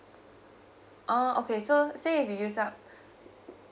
oh okay so say if you use up